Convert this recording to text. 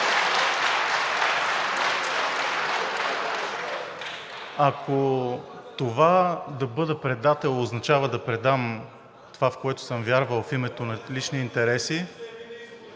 Ако това да бъда предател, означава да предам това, в което съм вярвал в името на лични интереси,…